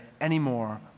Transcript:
anymore